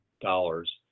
dollars